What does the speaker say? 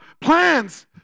plans